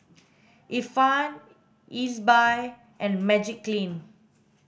Ifan Ezbuy and Magiclean